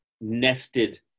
nested